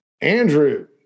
Andrew